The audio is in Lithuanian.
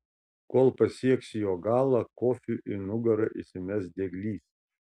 kol pasieks jo galą kofiui į nugarą įsimes dieglys